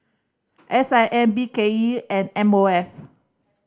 S I M B K E and M O F